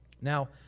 Now